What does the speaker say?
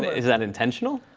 is that intentional?